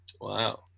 Wow